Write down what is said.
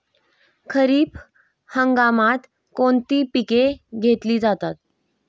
खरीप हंगामात कोणती पिके घेतली जातात?